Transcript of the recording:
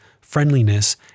friendliness